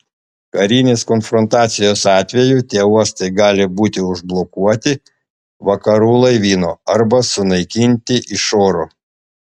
karinės konfrontacijos atveju tie uostai gali būti užblokuoti vakarų laivyno arba sunaikinti iš oro